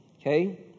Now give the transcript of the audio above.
Okay